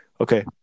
Okay